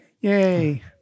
Yay